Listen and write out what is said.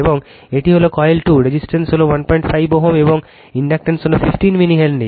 এবং এটি হল কয়েল2 রেজিস্ট্যান্স হল 15 Ω এবং ইনডাক্ট্যান্স হল 15 মিলি হেনরি